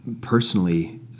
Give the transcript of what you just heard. personally